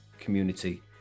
community